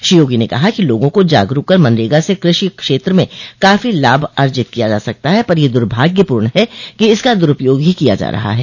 श्री योगी ने कहा कि लोगों को जागरूक कर मनरेगा से कृषि क्षेत्र में काफी लाभ अर्जित किया जा सकता है पर यह दुभाग्य है कि इसका दुरूपयोग ही किया जा रहा है